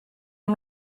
amb